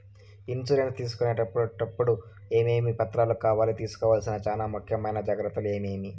Insurance తీసుకునేటప్పుడు టప్పుడు ఏమేమి పత్రాలు కావాలి? తీసుకోవాల్సిన చానా ముఖ్యమైన జాగ్రత్తలు ఏమేమి?